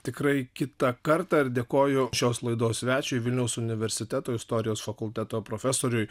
tikrai kitą kartą ir dėkoju šios laidos svečiui vilniaus universiteto istorijos fakulteto profesoriui